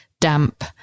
damp